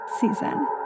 season